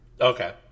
Okay